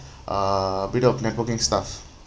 uh a bit of networking stuff